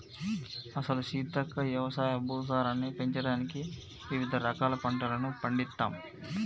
అసలు సీతక్క యవసాయ భూసారాన్ని పెంచడానికి వివిధ రకాల పంటలను పండిత్తమ్